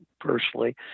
personally